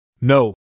No